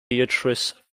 beatrice